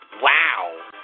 wow